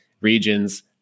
regions